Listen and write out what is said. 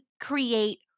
create